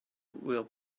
will